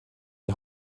die